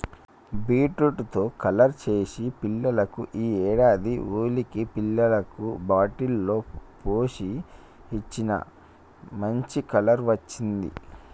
beetroot తో colour చేసి పిల్లలకు ఈ ఏడాది హోలికి పిల్లలకు బాటిల్ లో పోసి ఇచ్చిన, మంచి కలర్ వచ్చింది